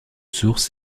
source